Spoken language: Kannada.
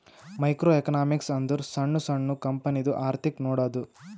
ಮೈಕ್ರೋ ಎಕನಾಮಿಕ್ಸ್ ಅಂದುರ್ ಸಣ್ಣು ಸಣ್ಣು ಕಂಪನಿದು ಅರ್ಥಿಕ್ ನೋಡದ್ದು